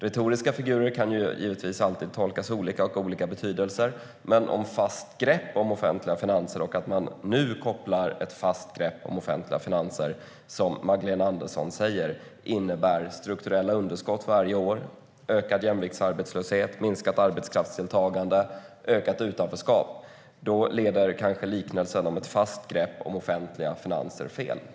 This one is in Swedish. Retoriska figurer kan givetvis alltid tolkas olika och ha olika betydelser. Men om ett fast grepp om offentliga finanser och att man nu kopplar ett sådant, som Magdalena Andersson säger, innebär strukturella underskott varje år, ökad jämviktsarbetslöshet, minskat arbetskraftsdeltagande och ökat utanförskap leder kanske liknelsen om ett fast grepp om offentliga finanser fel.